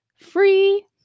free